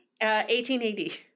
1880